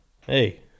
Hey